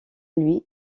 lui